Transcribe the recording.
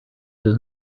does